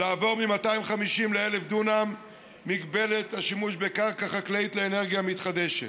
לעבור מ-250 ל-1,000 דונם במגבלת השימוש בקרקע חקלאית לאנרגיה מתחדשת.